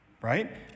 right